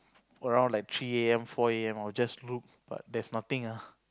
around like three a_m four a_m I would just look but there's nothing ah